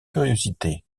curiosité